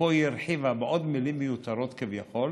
ופה היא הרחיבה בעוד מילים, מיותרות כביכול,